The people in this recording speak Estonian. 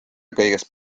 kõigest